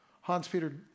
Hans-Peter